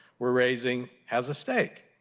we are raising, has a stake.